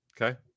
okay